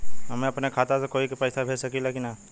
हम अपने खाता से कोई के पैसा भेज सकी ला की ना?